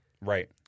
Right